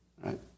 Right